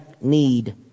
need